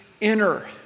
inner